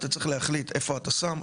אתה צריך להחליט איפה אתה שם,